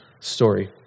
story